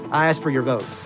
i ask for your vote